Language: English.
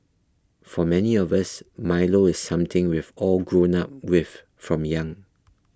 for many of us Milo is something we've all grown up with from young